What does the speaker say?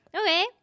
Okay